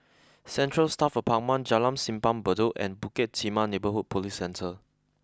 Central Staff Apartment Jalan Simpang Bedok and Bukit Timah Neighbourhood Police Centre